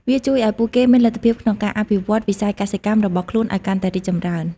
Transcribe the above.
វាជួយឱ្យពួកគេមានលទ្ធភាពក្នុងការអភិវឌ្ឍន៍វិស័យកសិកម្មរបស់ខ្លួនឱ្យកាន់តែរីកចម្រើន។